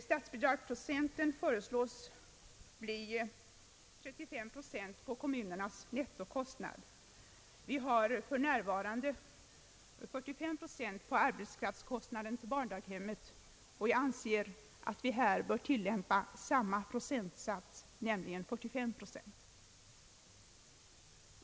Statsbidraget föreslås bli 35 procent på kommunernas nettokostnad. För närvarande utgår bidrag till barndaghemmen med 45 procent av arbetskraftkostnaden, och vi anser att samma procentsats bör tillämpas här, d.v.s. 43 procent.